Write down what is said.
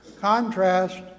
Contrast